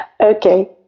Okay